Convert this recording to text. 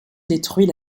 détruit